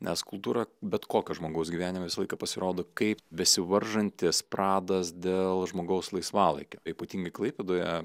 nes kultūra bet kokio žmogaus gyvenime visą laiką pasirodo kaip besivaržantis pradas dėl žmogaus laisvalaikio ypatingai klaipėdoje